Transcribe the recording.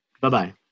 Bye-bye